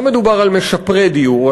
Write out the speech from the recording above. לא מדובר על משפרי דיור,